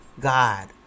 God